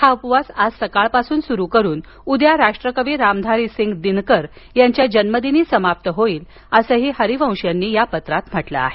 हा उपवास आज सकाळपासून सुरु करून उद्या राष्ट्रकवी रामधारी सिंग दिनकर यांच्या जन्मदिनी समाप्त होईल अस हरिवंश यांनी म्हटल आहे